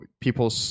people